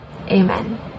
Amen